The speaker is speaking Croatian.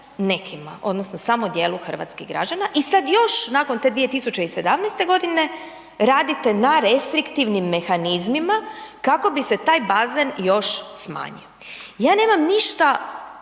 nekima odnosno samo djelu hrvatskih građana i sad još nakon te 2017. g., radite na restriktivnim mehanizmima kako bi se taj bazen još smanjio. Ja nemam ništa